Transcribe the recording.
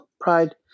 Pride